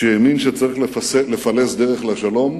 כשהאמין שצריך לפלס דרך לשלום,